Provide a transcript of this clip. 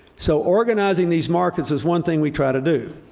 so organizing these markets is one thing we try to do.